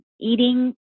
eating